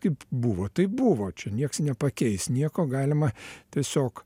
kaip buvo taip buvo čia nieks nepakeis nieko galima tiesiog